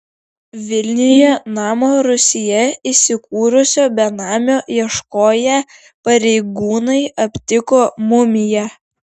vilniuje namo rūsyje įsikūrusio benamio ieškoję pareigūnai aptiko mumiją